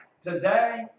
today